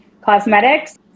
Cosmetics